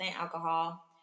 alcohol